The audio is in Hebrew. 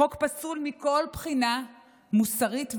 חוק פסול מכל בחינה מוסרית ומשפטית.